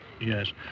Yes